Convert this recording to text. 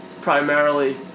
Primarily